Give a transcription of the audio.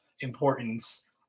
importance